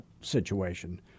situation